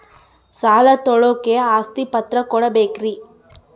ಸಾಲ ತೋಳಕ್ಕೆ ಆಸ್ತಿ ಪತ್ರ ಕೊಡಬೇಕರಿ?